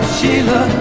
Sheila